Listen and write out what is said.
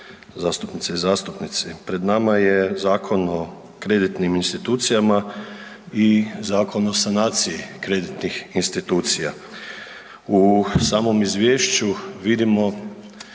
zastupnice i zastupnici. Pred nama je Zakon o kreditnim institucijama i Zakon o sanaciji kreditnih institucija. U samom izvješću vidimo